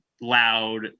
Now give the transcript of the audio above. loud